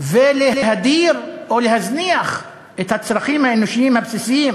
ולהדיר או להזניח את הצרכים האנושיים הבסיסיים